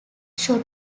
shot